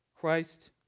Christ